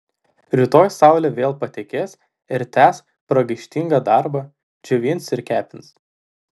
rytoj saulė vėl patekės ir tęs pragaištingą darbą džiovins ir kepins